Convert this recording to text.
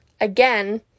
again